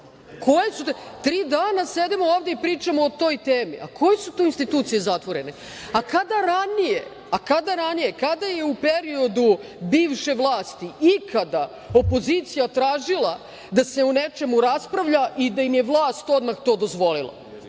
odmah. Tri dana sedimo ovde i pričamo o toj temi. A koje su to institucije zatvorene? Kada ranije, kada je u periodu bivše vlasti ikada opozicija tražila da se o nečemu raspravlja i da im je vlast odmah to dozvolila?